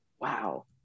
wow